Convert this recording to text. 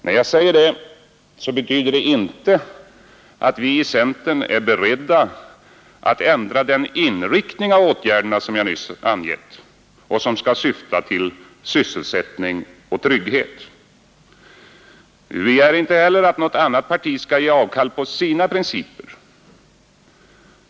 När jag säger det betyder det inte att vi i centern är beredda att ändra den inriktning av åtgärderna som jag nyss angivit och som syftar till sysselsättning och trygghet. Vi begär inte heller att något annat parti skall ge avkall på sina principer.